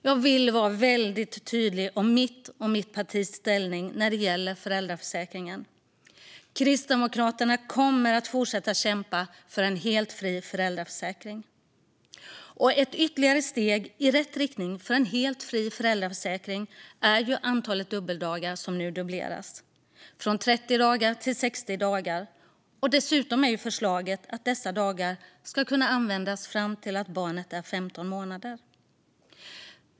Jag vill vara väldigt tydlig om mitt och mitt partis ställning när det gäller föräldraförsäkringen: Kristdemokraterna kommer att fortsätta kämpa för en helt fri föräldraförsäkring. Ytterligare ett steg i rätt riktning för en helt fri föräldraförsäkring är att antalet dubbeldagar nu dubbleras från 30 till 60 dagar. Dessutom är förslaget att dessa dagar ska kunna användas fram till att barnet är 15 månader.